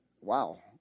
wow